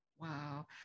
wow